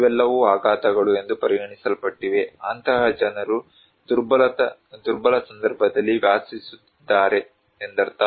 ಇವೆಲ್ಲವೂ ಆಘಾತಗಳು ಎಂದು ಪರಿಗಣಿಸಲ್ಪಟ್ಟಿವೆ ಅಂತಹ ಜನರು ದುರ್ಬಲ ಸಂದರ್ಭದಲ್ಲಿ ವಾಸಿಸುತ್ತಿದ್ದಾರೆ ಎಂದರ್ಥ